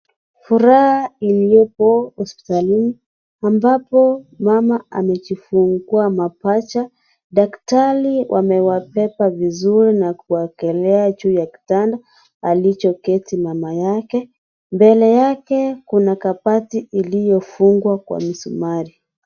Furaha iliyoko hospitalini ambapo mama amejifungua mapacha. Daktari wamewabeba vizuri na kuwekelea juu ya kitanda alichoketi mama yake. Mbele yake kuna kabati iliyo fungwa kwa msumari.